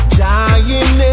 dying